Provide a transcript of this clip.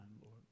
Lord